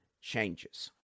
changes